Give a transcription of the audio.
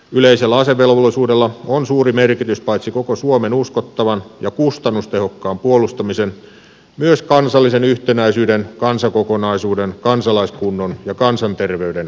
yleisellä asevelvollisuudella on suuri merkitys paitsi koko suomen uskottavan ja kustannustehokkaan puolustamisen myös kansallisen yhtenäisyyden kansakokonaisuuden kansalaiskunnon ja kansanterveyden kannalta